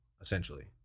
essentially